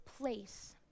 place